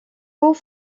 haut